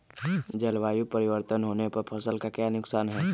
जलवायु परिवर्तन होने पर फसल का क्या नुकसान है?